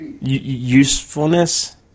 usefulness